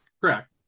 Correct